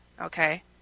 okay